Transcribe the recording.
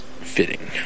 fitting